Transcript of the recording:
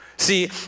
See